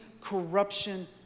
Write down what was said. corruption